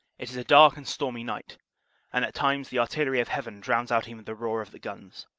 it is a dark and stormy night and at times the artillery of heaven drowns out even the roar of the guns.